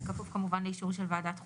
בכפוף כמובן לאישור של ועדת חוקה.